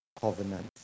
covenant